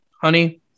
Honey